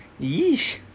Yeesh